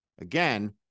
Again